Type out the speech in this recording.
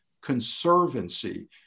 conservancy